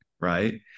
right